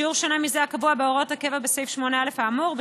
שיעור שונה מזה הקבוע בהוראת הקבע בסעיף 8א האמור.